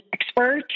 expert